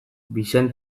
vicent